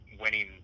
winning